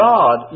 God